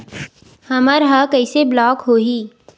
हमर ह कइसे ब्लॉक होही?